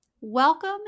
Welcome